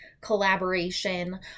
collaboration